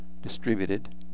distributed